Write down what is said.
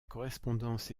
correspondance